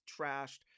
trashed